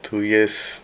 two years